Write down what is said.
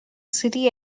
city